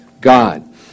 God